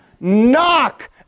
knock